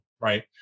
right